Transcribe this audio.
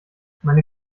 meine